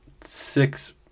Six